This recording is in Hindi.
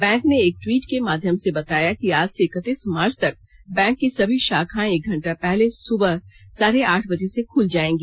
बैंक ने एक ट्वीट के माध्यम से बताया कि आज से इक्कीस मार्च तक बैंक की सभी शाखाएं एक घंटा पहले सुबह साढे आठ बजे से खुल जायेंगी